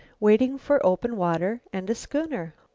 waiting for open water and a schooner?